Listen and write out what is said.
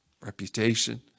reputation